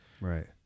right